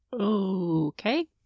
Okay